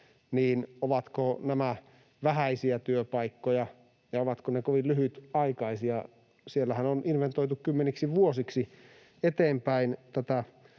ovatko nämä vähäisiä työpaikkoja ja ovatko ne kovin lyhytaikaisia? Elijärvellähän on inventoitu kymmeniksi vuosiksi eteenpäin tätä